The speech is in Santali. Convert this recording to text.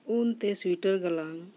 ᱩᱞᱛᱮ ᱥᱳᱭᱮᱴᱟᱨ ᱜᱟᱞᱟᱝ